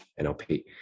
NLP